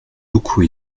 beaucoup